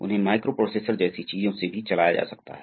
तो अगले उदाहरण में क्या हो रहा है